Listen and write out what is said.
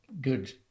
good